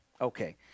Okay